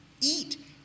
Eat